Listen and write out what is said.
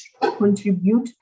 contribute